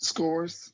Scores